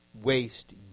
waste